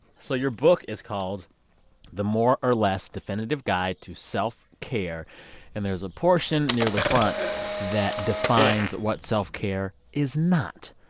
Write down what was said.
so your book is called the more or less definitive guide to self-care. and there's a portion near the front that defines what self-care is not.